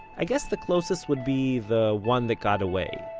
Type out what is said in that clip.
i guess the closest would be the one that got away.